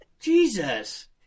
Jesus